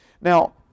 Now